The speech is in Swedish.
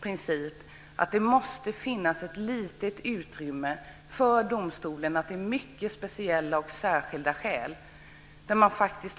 princip att det måste finnas ett litet utrymme för domstolen att av mycket speciella och särskilda skäl döma till samhällstjänst.